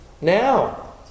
Now